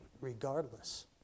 regardless